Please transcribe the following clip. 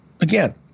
again –